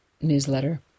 newsletter